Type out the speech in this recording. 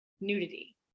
nudity